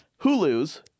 Hulu's